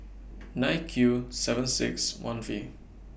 nine Q seven six one V